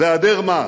והיעדר מעש,